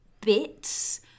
bits